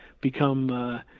become